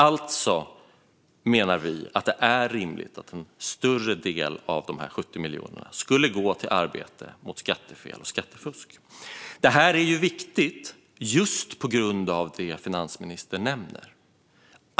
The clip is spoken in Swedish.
Alltså menar vi att det är rimligt att en större del av dessa 70 miljoner skulle gå till arbete mot skattefel och skattefusk. Detta är viktigt just på grund av det som finansministern nämner.